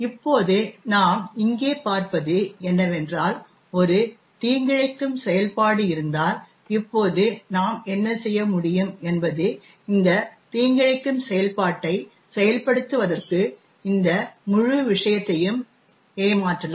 இப்போது நாம் இங்கே பார்ப்பது என்னவென்றால் ஒரு தீங்கிழைக்கும் செயல்பாடு இருந்தால் இப்போது நாம் என்ன செய்ய முடியும் என்பது இந்த தீங்கிழைக்கும் செயல்பாட்டை செயல்படுத்துவதற்கு இந்த முழு விஷயத்தையும் ஏமாற்றலாம்